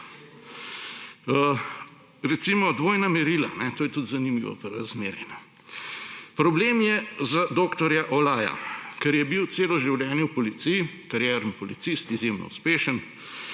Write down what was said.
recimo dvojna merila, to je tudi zanimivo pri razmeri. Problem je za dr. Olaja, ker je bil celo življenje v policiji, karierni policist, izjemno uspešen,